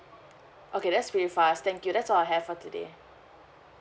okay that's pretty fast thank you that's all I have for today